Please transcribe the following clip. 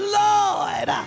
lord